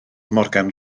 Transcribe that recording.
morgan